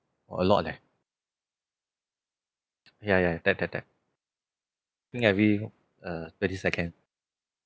a lot leh ya ya tap tap tap think every uh thirty second